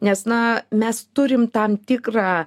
nes na mes turim tam tikrą